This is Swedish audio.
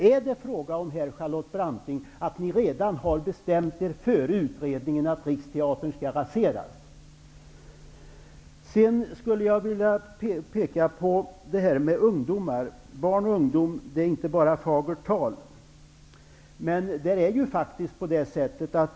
Är det här fråga om, Charlotte Branting, att ni redan har bestämt er för att Riksteatern skall raseras? Sedan skulle jag vilja ta upp det här med ungdomar. Barn och ungdomssatsningar är inte bara fagert tal.